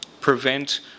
prevent